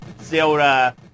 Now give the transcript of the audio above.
Zelda